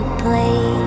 play